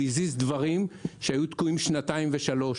הוא הזיז דברים שהיו תקועים במשך שנתיים-שלוש.